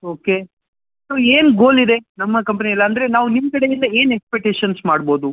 okay so ಏನು ಗೋಲಿದೆ ನಮ್ಮ ಕಂಪ್ನಿಯಲ್ಲಿ ಅಂದರೆ ನಾವು ನಿಮ್ಮ ಕಡೆಯಿಂದ ಏನು ಎಕ್ಸೆಪ್ಟೇಷನ್ಸ್ ಮಾಡ್ಬೋದು